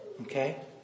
Okay